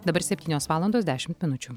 dabar septynios valandos dešimt minučių